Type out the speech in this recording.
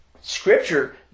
Scripture